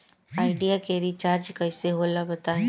Idea के recharge कइसे होला बताई?